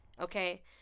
Okay